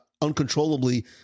uncontrollably